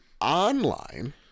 Online